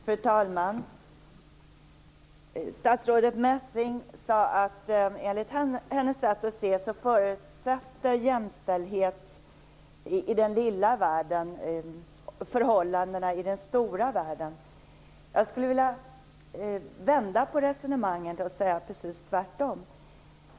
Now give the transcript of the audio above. Fru talman! Statsrådet Messing sade att enligt hennes sätt att se förutsätter jämställdhet i den lilla världen jämställdhet i den stora världen. Jag skulle vilja vända på resonemanget och säga precis tvärtom.